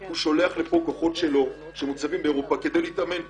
הוא שולח לכאן את הכוחות שלו שמוצבים באירופה כדי להתאמן פה.